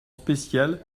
spéciales